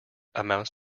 amounts